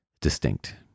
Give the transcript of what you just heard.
distinct